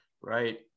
Right